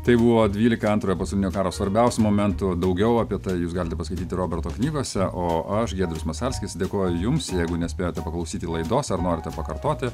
tai buvo dvylika antrojo pasaulinio karo svarbiausių momentų daugiau apie tai jūs galite paskaityti roberto knygose o aš giedrius masalskis dėkoju jums jeigu nespėjote paklausyti laidos ar norite pakartoti